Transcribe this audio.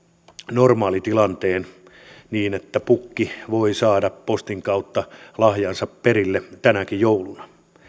normaalitilanteen niin että pukki voi saada postin kautta lahjansa perille tänäkin jouluna